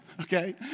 Okay